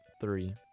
three